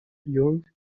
jung